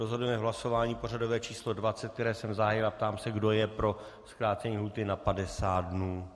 Rozhodneme v hlasování pořadové číslo 20, které jsem zahájil, a ptám se, kdo je pro zkrácení lhůty na 50 dnů.